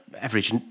average